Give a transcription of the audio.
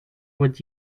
would